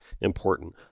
important